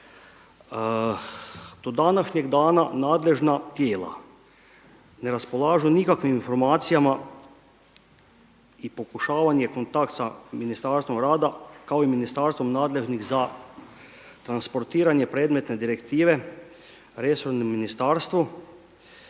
Do današnjeg dana nadležna tijela ne raspolažu nikakvim informacijama i pokušavan je kontakt sa Ministarstvom rada kao i ministarstvom nadležnih za transportiranje predmetne direktive resornom ministarstvu